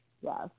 Yes